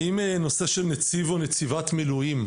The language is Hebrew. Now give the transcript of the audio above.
האם נושא נציב או נציבת מילואים,